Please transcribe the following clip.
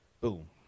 boom